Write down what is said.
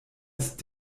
ist